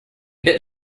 bit